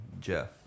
Jeff